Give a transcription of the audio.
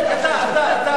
באמת, אתה, אתה.